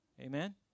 Amen